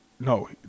No